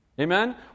Amen